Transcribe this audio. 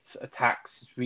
attacks